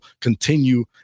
continue